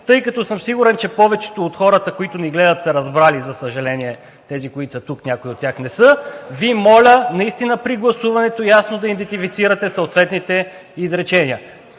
Тъй като съм сигурен, че повечето от хората, които ни гледат, са разбрали, за съжаление, тези, които са тук, някои от тях не са, Ви моля наистина при гласуването ясно да идентифицирате съответните изречения.